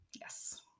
Yes